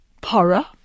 Para